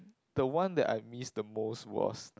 the one that I miss the most was